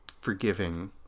forgiving